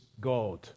God